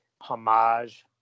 homage